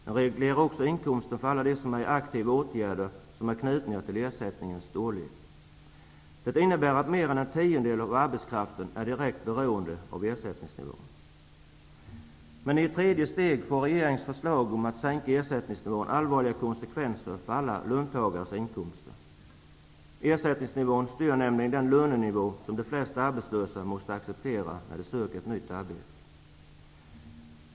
Den reglerar också inkomsten för alla dem som är föremål för aktiva åtgärder som är knutna till ersättningens storlek. Det innebär att mer än en tiondel av arbetskraften är direkt beroende av ersättningsnivån. Men i ett tredje steg får regeringens förslag om att sänka ersättningsnivån allvarliga konsekvenser för alla löntagares inkomster. Ersättningsnivån styr nämligen den lönenivå som de flesta arbetslösa måste acceptera när de söker ett nytt arbete.